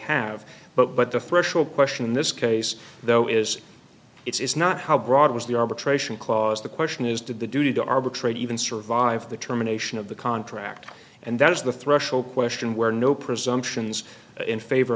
have but but the threshold question in this case though is it's not how broad was the arbitration clause the question is did the duty to arbitrate even survive the termination of the contract and that is the threshold question where no presumptions in favor